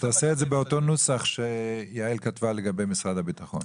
אז תעשה את זה באותו נוסח שיעל כתבה לגבי משרד הביטחון.